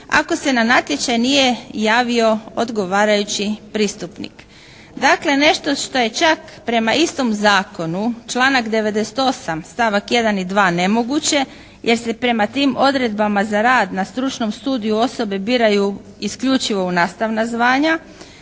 ako se na natječaj nije javio odgovarajući pristupnik. Dakle, nešto što je čak prema istom zakonu članak 98. stavak 1. i 2. nemoguće. Jer se prema tim odredbama za rad na stručnom studiju osobe biraju isključivo u nastavna zvanja.